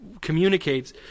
communicates